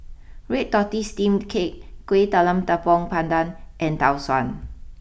Red Tortoise Steamed Cake Kueh Talam Tepong Pandan and Tau Suan